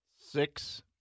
Six